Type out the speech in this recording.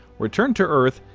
return to earth,